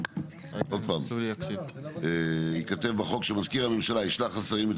עוד פעם ייכתב בחוק שמזכיר הממשלה ישלח לשרים את